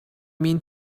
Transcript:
mean